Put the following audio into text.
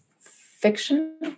fiction